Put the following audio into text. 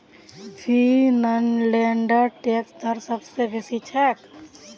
फिनलैंडेर टैक्स दर सब स बेसी छेक